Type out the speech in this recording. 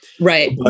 Right